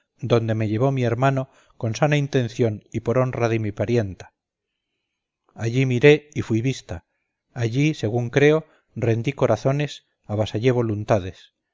donde me llevó mi hermano con sana intención y por honra de mi parienta allí miré y fui vista allí según creo rendí corazones avasallé voluntades